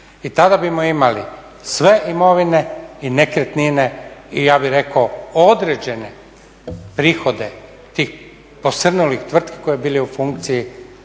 i tada bismo imali sve imovine i nekretnine i ja bih rekao određene prihode tih posrnulih tvrtki … bili u funkciji